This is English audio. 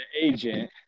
agent